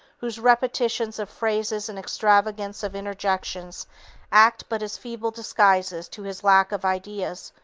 whose repetitions of phrases and extravagance of interjections act but as feeble disguises to his lack of ideas,